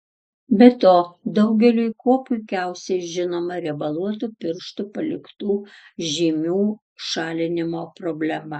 be to daugeliui kuo puikiausiai žinoma riebaluotų pirštų paliktų žymių šalinimo problema